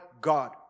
God